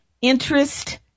interest